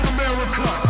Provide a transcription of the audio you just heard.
America